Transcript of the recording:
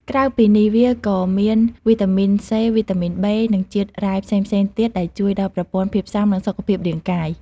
ក្រៅពីនេះវាក៏មានវីតាមីនសេ វីតាមីនប៊េ និងជាតិរ៉ែផ្សេងៗទៀតដែលជួយដល់ប្រព័ន្ធភាពស៊ាំ និងសុខភាពរាងកាយ។